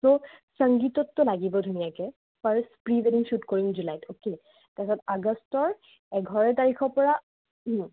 ত' সংগীতত ত' লাগিবই ধুনীয়াকৈ ফাৰ্ষ্ট প্ৰি ৱেডিং শ্বুট কৰিম জুলাইত অকে তাৰপিছত আগষ্টৰ এঘাৰ তাৰিখৰ পৰা